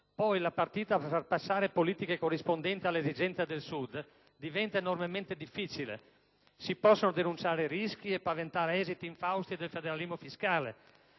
poi la partita per far passare politiche corrispondenti alle esigenze del Sud diventa enormemente difficile. Si possono denunciare rischi e paventare esiti infausti del federalismo fiscale,